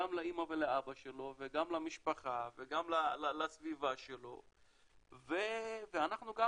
וגם לאמא ולאבא שלו וגם למשפחה וגם לסביבה שלו ואנחנו גם